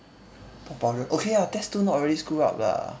propulsion okay ah test two not really screw up lah